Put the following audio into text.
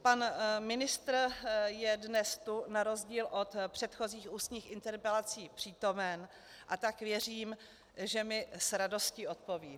Pan ministr je dnes na rozdíl od předchozích ústních interpelací přítomen, a tak věřím, že mi s radostí odpoví.